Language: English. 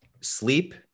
sleep